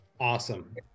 Awesome